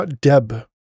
.deb